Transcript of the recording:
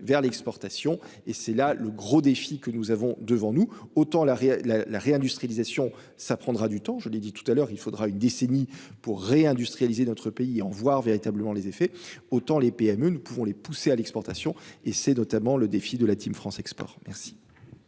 Vers l'exportation et c'est là le gros défi que nous avons devant nous, autant la la la réindustralisation ça prendra du temps. Je l'ai dit tout à l'heure, il faudra une décennie pour réindustrialiser notre pays en voir véritablement les effets autant les PME ne pouvons les pousser à l'exportation et c'est notamment le défi de la Team France exporte. Merci.